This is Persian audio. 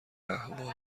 اهواز